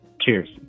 cheers